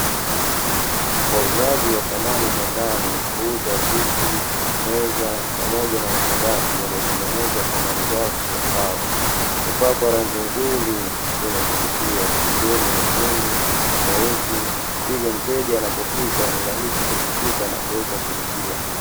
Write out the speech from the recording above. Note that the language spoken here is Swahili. Wauzaji wa samani za ndani huuza viti, meza, pamoja na makabati, yaliyotengenezwa kwa malighafi ya mbao. Hupakwa rangi nzuri zenye kuvutia ikiwemo nyekundu, nyeusi; hivyo mteja anapofika ni rahisi kuvutika na kulipia.